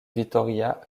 vitória